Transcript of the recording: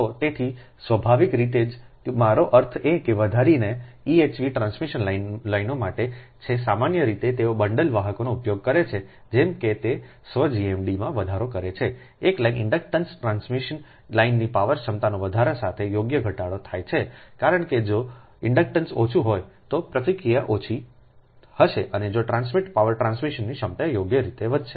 તેથી સ્વાભાવિક રીતે જ કે મારો અર્થ એ કે વધારાની EHV ટ્રાન્સમિશન લાઇનો માટે છે સામાન્ય રીતે તેઓ બંડલ વાહકનો ઉપયોગ કરે છે જેમ કે તે સ્વ GMDમાં વધારો કરે છે એક લાઇન ઇન્ડક્ટન્સ ટ્રાન્સમિશન લાઇનની પાવર ક્ષમતામાં વધારો સાથે યોગ્ય ઘટાડો થાય છે કારણ કે જો ઇન્ડક્ટન્સ ઓછું હોય તો પ્રતિક્રિયા ઓછી હશે અને ટ્રાન્સમિટ પાવર ટ્રાન્સમિશન ક્ષમતા યોગ્ય રીતે વધશે